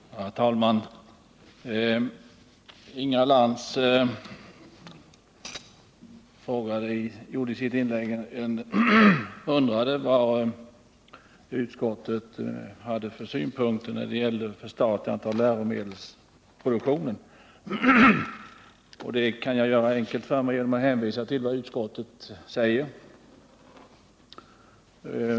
Herr talman! Inga Lantz undrade i sitt inlägg vad utskottet hade för synpunkter på förstatligandet av läromedelsproduktionen. Jag kan då göra det enkelt för mig genom att hänvisa till vad utskottet säger.